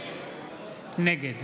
נגד